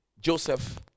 Joseph